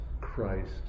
Christ